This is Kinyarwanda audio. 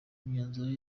imyanzuro